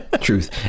Truth